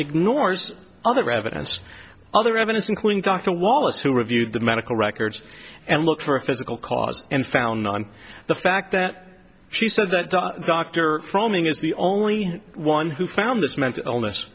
ignores other evidence other evidence including dr wallace who reviewed the medical records and looked for a physical cause and found on the fact that she said that the doctor from ng is the only one who found this mental illness